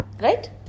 Right